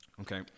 Okay